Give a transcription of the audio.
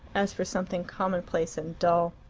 as for something commonplace and dull.